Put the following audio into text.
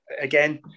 again